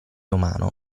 umano